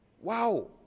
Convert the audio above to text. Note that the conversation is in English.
Wow